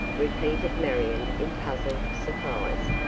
repeated marion in puzzled surprise.